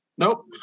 Nope